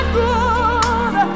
good